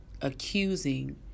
accusing